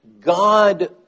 God